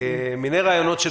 מיני רעיונות,